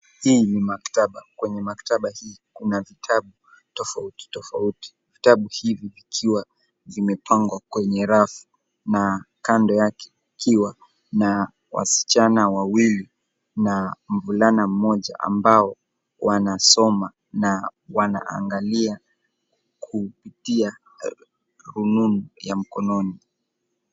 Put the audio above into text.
Hii maktaba kwenye maktaba hii kuna vitabu tofauti tofauti imepangwa kwenye rafu, na kando yake ikiwa na wasichana wawili na mvulana mmoja ambao wanasoma na wanaangalia kupitia rununu ya mkononi.